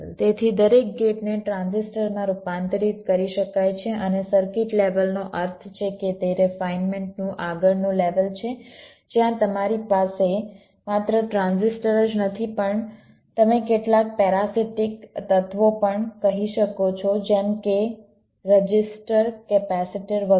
તેથી દરેક ગેટને ટ્રાન્ઝિસ્ટરમાં રૂપાંતરિત કરી શકાય છે અને સર્કિટ લેવલનો અર્થ છે કે તે રિફાઇનમેન્ટ નું આગળનું લેવલ છે જ્યાં તમારી પાસે માત્ર ટ્રાન્ઝિસ્ટર જ નથી પણ તમે કેટલાક પેરાસિટિક તત્વો પણ કહી શકો છો જેમ કે રજિસ્ટર કેપેસિટર વગેરે